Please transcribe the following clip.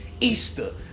Easter